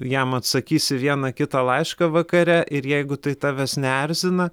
jam atsakysi vieną kitą laišką vakare ir jeigu tai tavęs neerzina